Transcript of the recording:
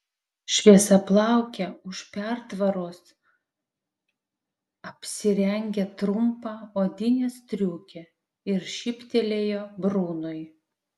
šviesiaplaukė už pertvaros apsirengė trumpą odinę striukę ir šyptelėjo brunui